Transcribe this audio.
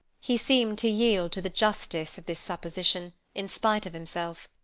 he seemed to yield to the justice of this supposition, in spite of himself.